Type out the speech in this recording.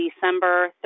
December